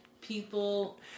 people